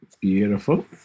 Beautiful